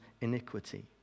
iniquity